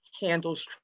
handles